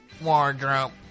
Wardrobe